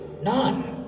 None